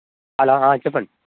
hello చెప్పండి